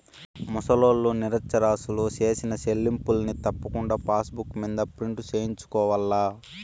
ముసలోల్లు, నిరచ్చరాసులు సేసిన సెల్లింపుల్ని తప్పకుండా పాసుబుక్ మింద ప్రింటు సేయించుకోవాల్ల